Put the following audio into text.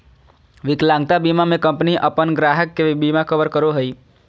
विकलांगता बीमा में कंपनी अपन ग्राहक के बिमा कवर करो हइ